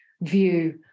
view